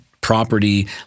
property